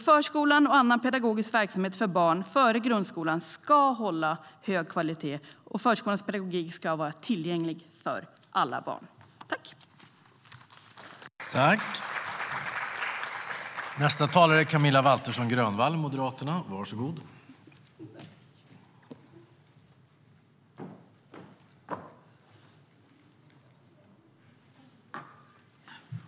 Förskolan och annan pedagogisk verksamhet för barn före grundskolan ska hålla hög kvalitet, och förskolans pedagogik ska vara tillgänglig för alla barn.